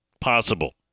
Possible